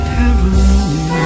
heavenly